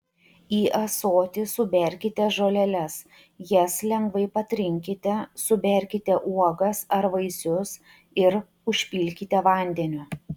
į ąsotį suberkite žoleles jas lengvai patrinkite suberkite uogas ar vaisius ir užpilkite vandeniu